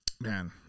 Man